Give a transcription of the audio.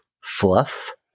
fluff